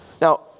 now